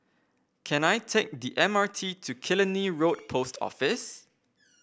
can I take the M R T to Killiney Road Post Office